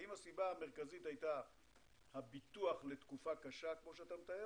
האם הסיבה המרכזית היה הביטוח לתקופה קשה כמו שאתה מתאר,